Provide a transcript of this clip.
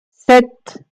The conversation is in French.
sept